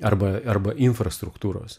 arba arba infrastruktūros